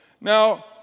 Now